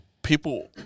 People